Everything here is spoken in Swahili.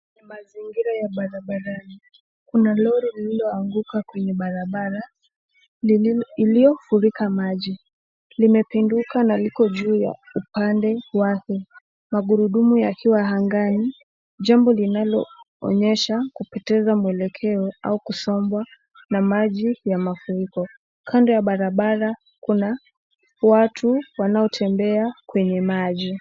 Mazingira ya barabarani, kuna lorri lililo anguka kwenye barabara, iliyo furika maji, limepinduka juu ya upande wake, magurudumu yakiwa angani, jambo linaloonyesha kupoteza mwelekeo au kusombwa na maji ya mafuriko, kando ya barabara kuna watu wanatembea kwenye maji.